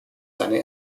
seine